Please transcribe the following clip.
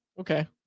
okay